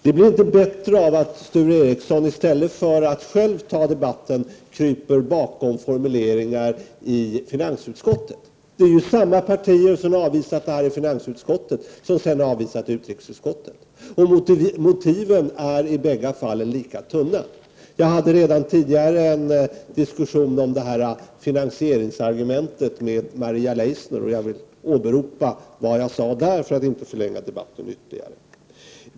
Det blir inte bättre av att Sture Ericson i stället för att själv ta debatten kryper bakom formuleringar i finansutskottet. Det är ju samma partier som avvisat denna tanke i finansutskottet som sedan har avvisat den i utrikesutskottet. Motiven är i bägge fallen lika tunna. Jag hade redan tidigare en diskussion om finansieringsargumentet med Maria Leissner, och jag vill åberopa vad jag sade där för att inte förlänga debatten ytterligare.